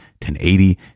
1080